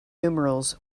numerals